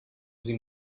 sie